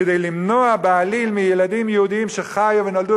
כדי למנוע בעליל מילדים יהודים שחיו ונולדו